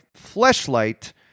fleshlight